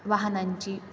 वाहनांची